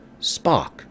Spock